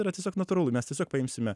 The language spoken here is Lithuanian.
yra tiesiog natūralu mes tiesiog paimsime